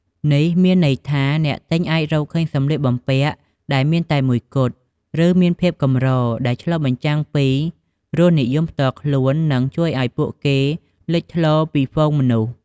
នេះមានន័យថា អ្នកទិញអាចរកឃើញសម្លៀកបំពាក់ដែលមានតែមួយគត់ ឬមានភាពកម្រ ដែលឆ្លុះបញ្ចាំងពីរសនិយមផ្ទាល់ខ្លួន និងជួយឱ្យពួកគេលេចធ្លោពីហ្វូងមនុស្ស។